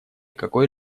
какой